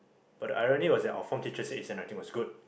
but I already was our form teacher said writing was good